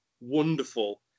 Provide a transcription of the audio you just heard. Wonderful